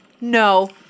no